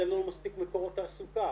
שאין לנו מספיק מקורות תעסוקה.